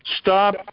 Stop